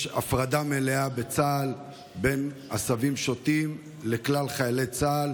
יש הפרדה מלאה בצה"ל בין עשבים שוטים לכלל חיילי צה"ל